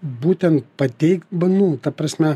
būtent pateikt banu ta prasme